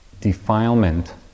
defilement